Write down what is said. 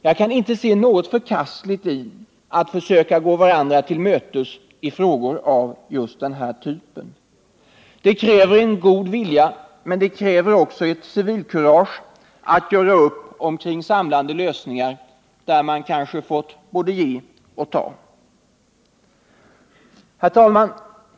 Jag kan inte se något förkastligt i att man försöker gå varandra till mötes i frågor av just den här typen. Det kräver god vilja men också civilkurage att göra upp om en samlande lösning, där man kanske får både ge och ta. Herr talman!